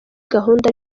gahunda